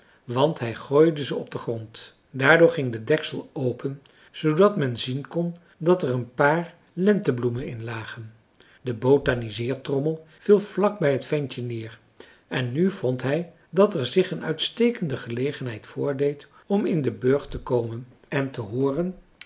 want hij gooide ze op den grond daardoor ging de deksel open zoodat men zien kon dat er een paar lentebloemen in lagen de botaniseertrommel viel vlak bij het ventje neer en nu vond hij dat er zich een uitstekende gelegenheid voordeed om in den burcht te komen en te hooren